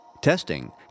Testing